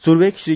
सुरवेत श्री